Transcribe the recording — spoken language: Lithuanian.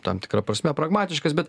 tam tikra prasme pragmatiškas bet